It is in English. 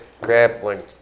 grappling